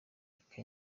reka